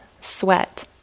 sweat